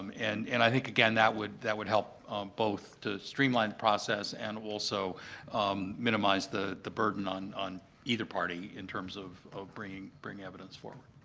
um and and i think, again, that would that would help both to streamline the process and also minimize the the burden on on either party in terms of of bringing bringing evidence forward.